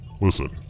Listen